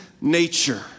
nature